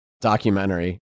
documentary